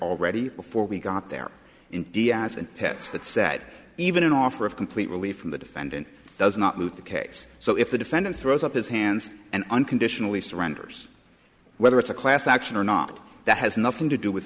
already before we got there in diaz and pets that said that even an offer of complete relief from the defendant does not move the case so if the defendant throws up his hands and unconditionally surrenders whether it's a class action or not that has nothing to do with